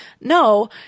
no